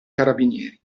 carabinieri